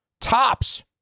tops